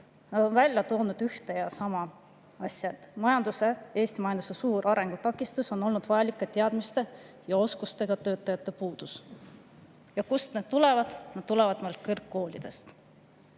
välja toonud ühe ja sama asja: Eesti majanduse suur arengutakistus on olnud vajalike teadmiste ja oskustega töötajate puudus. Ja kust need inimesed tulevad? Nad tulevad kõrgkoolidest.